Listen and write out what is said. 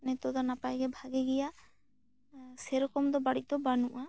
ᱱᱤᱛᱚᱜ ᱫᱚ ᱱᱟᱯᱟᱭ ᱜᱮ ᱵᱷᱟᱜᱮ ᱜᱮᱭᱟ ᱥᱮᱨᱚᱠᱚᱢ ᱫᱚ ᱵᱟᱹᱲᱤᱡ ᱫᱚ ᱵᱟᱹᱱᱩᱜᱼᱟ